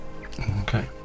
Okay